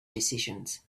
decisions